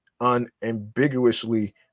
unambiguously